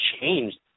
changed